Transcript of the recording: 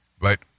but-